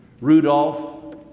Rudolph